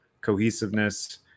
cohesiveness